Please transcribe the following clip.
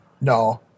no